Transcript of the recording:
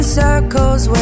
circles